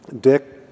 Dick